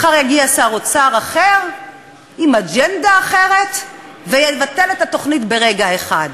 מחר יגיע שר אוצר אחר עם אג'נדה אחרת ויבטל את התוכנית ברגע אחד.